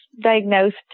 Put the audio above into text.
diagnosed